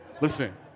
listen